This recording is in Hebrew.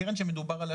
הקרן שמדובר עליה,